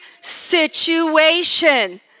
situation